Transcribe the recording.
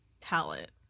talent